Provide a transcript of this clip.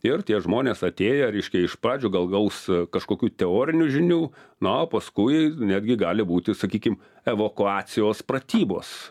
ir tie žmonės atėję reiškia iš pradžių gal gaus kažkokių teorinių žinių na o paskui netgi gali būti sakykim evakuacijos pratybos